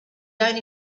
only